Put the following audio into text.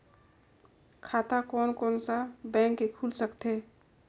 खाता कोन कोन सा बैंक के खुल सकथे?